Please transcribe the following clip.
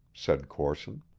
said corson.